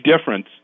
difference